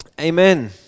Amen